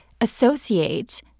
associate